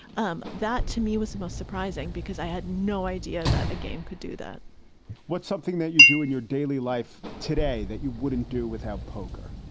um that, to me was the most surprising because i had no idea that a game could do that what's something that you do in your daily life today that you wouldn't do without poker?